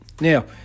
Now